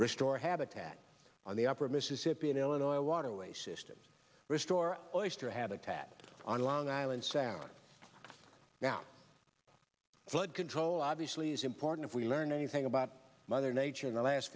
restore habitat on the upper mississippi illinois waterway systems restore oyster habitat on long island sound now flood control obviously is important if we learned anything about mother nature in the last